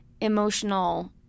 emotional